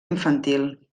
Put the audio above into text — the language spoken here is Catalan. infantil